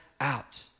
out